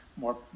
more